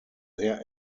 sehr